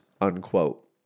unquote